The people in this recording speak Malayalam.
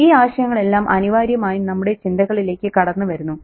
ഈ ആശയങ്ങളെല്ലാം അനിവാര്യമായും നമ്മുടെ ചിന്തകളിലേക്ക് കടന്നുവരുന്നു